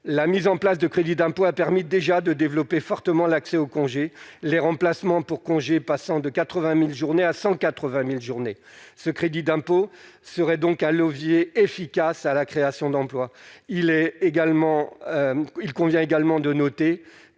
la mise en place de crédit d'impôt a permis déjà de développer fortement l'accès au congé les remplacement pour congés, passant de 80000 journées à 180000 journées, ce crédit d'impôt serait donc à Louviers efficace à la création d'emplois, il est également il